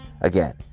Again